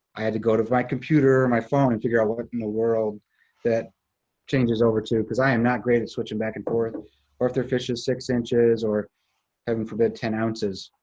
i had to go to my computer, my phone and figure out what but in the world that changes over to cause i am not great at switching back and forth. or if their fish is six inches or heaven forbid, ten ounces.